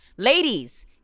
Ladies